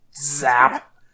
Zap